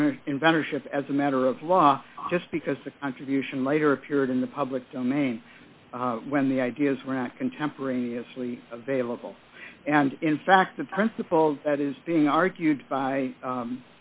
owner inventor ship as a matter of law just because the contribution later appeared in the public domain when the ideas were not contemporaneously available and in fact the principle that is being argued by